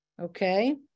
Okay